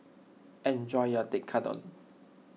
enjoy your Tekkadon